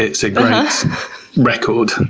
it's a great record.